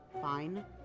Fine